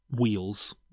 wheels